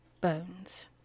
bones